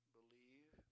believe